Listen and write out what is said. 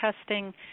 testing